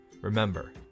remember